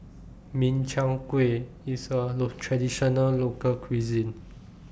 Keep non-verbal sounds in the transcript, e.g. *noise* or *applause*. Min Chiang Kueh IS A *unintelligible* Traditional Local Cuisine